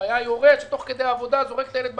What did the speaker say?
הבעיה היא הורה שתוך כדי העבודה זורק את הילד בגן,